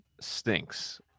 stinks